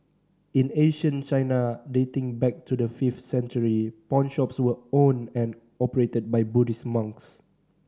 in ancient China dating back to the fifth century pawnshops were owned and operated by Buddhist monks